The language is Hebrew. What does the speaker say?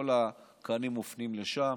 כל הקנים מופנים לשם,